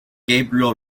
gabriel